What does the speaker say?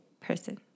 Person